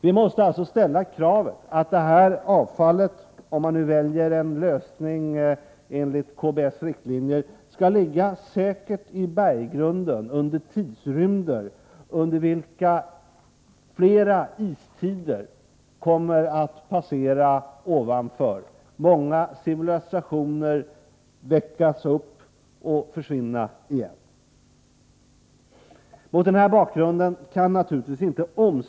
Om en lösning i enlighet med KBS riktlinjer väljs, måste det vara ett krav att avfallet kan ligga säkert i berggrunden under en period som kan omfatta flera perioder av istid och således många civilisationer.